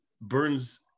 Burns